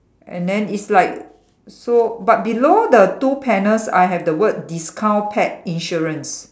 and then it's like so but below the two panels I have the word discount pet insurance